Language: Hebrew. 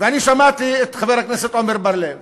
ואני שמעתי את חבר הכנסת עמר בר-לב